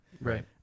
Right